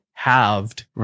halved